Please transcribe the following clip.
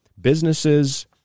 businesses